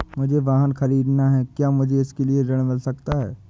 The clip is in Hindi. मुझे वाहन ख़रीदना है क्या मुझे इसके लिए ऋण मिल सकता है?